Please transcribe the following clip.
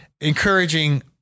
encouraging